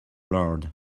lord